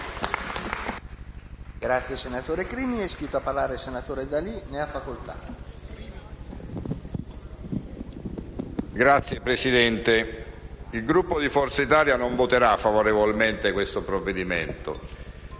Signor Presidente, il Gruppo di Forza Italia non voterà favorevolmente questo provvedimento.